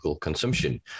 consumption